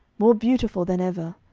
more beautiful than ever,